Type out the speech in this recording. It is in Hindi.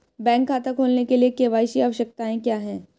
बैंक खाता खोलने के लिए के.वाई.सी आवश्यकताएं क्या हैं?